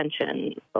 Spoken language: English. attention